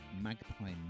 Magpie